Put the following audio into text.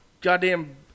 goddamn